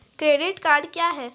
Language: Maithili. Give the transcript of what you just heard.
क्रेडिट कार्ड क्या हैं?